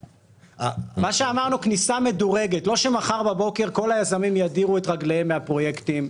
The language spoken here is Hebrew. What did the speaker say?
לא שמחר בבוקר כל היזמים ידירו את רגליהם מהפרויקטים,